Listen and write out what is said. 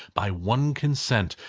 by one consent,